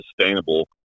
sustainable